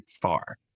far